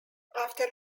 after